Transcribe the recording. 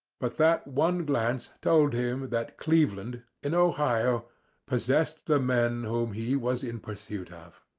but that one glance told him that cleveland in ohio possessed the men whom he was in pursuit of.